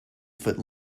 foot